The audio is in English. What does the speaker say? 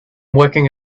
working